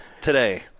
today